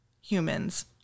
humans